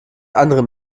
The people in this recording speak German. anderen